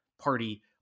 party